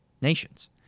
nations